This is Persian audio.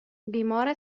بیمار